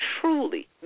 truly